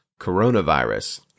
coronavirus